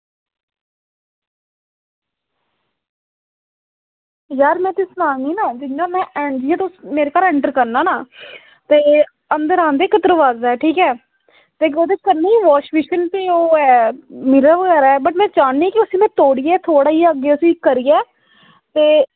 यार जि'यां में सनानी ना जि'यां तुसें मेरे घर इंटर करना ना ते अंदर आंदे गै इक्क दरोआजा ठीक ऐ ते ओह्दे कन्नै वॉश वेसिन ते ओह् ऐ ते मिरर ऐ पर में चाह्न्नी कि उसी तोड़ियै थोह्ड़े निहां अग्गें करियै ते